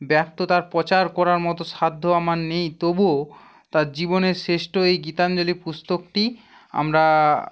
ব্যর্থতার প্রচার করার মতো সাধ্য আমার নেই তবুও তার জীবনের শ্রেষ্ঠ এই গীতাঞ্জলি পুস্তকটি আমরা